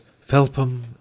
Felpham